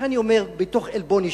ולכן אני אומר, מתוך עלבון אישי,